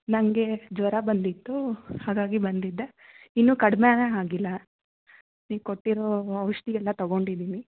ನನಗೆ ಜ್ವರ ಬಂದಿತ್ತು ಹಾಗಾಗಿ ಬಂದಿದ್ದೆ ಇನ್ನೂ ಕಡಿಮೆನೇ ಆಗಿಲ್ಲ ನೀವು ಕೊಟ್ಟಿರೋ ಔಷಧಿ ಎಲ್ಲ ತೊಗೊಂಡಿದೀನಿ